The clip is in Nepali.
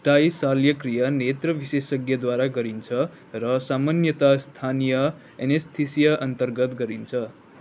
स्टाई शल्यक्रिया नेत्र विशेषज्ञद्वारा गरिन्छ र सामान्यता स्थानीय एनेस्थेसिया अन्तर्गत गरिन्छ